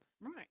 Right